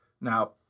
Now